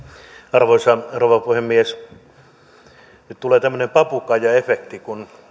arvoisa rouva puhemies nyt tulee tämmöinen papukaija efekti kun